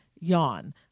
Yawn